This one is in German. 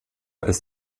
ist